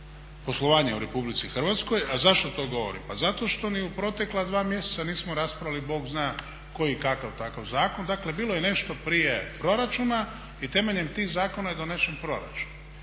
poslovanje u Republici Hrvatskoj. A zašto to govorim? Pa zato što ni u protekla dva mjeseca nismo raspravili bog zna koji kakav takav zakon. Dakle, bilo je nešto prije proračuna i temeljem tih zakona je donesen proračun.